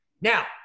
Now